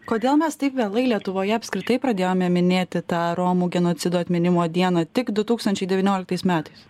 kodėl mes taip vėlai lietuvoje apskritai pradėjome minėti tą romų genocido atminimo dieną tik du tūkstančiai devynioliktais metais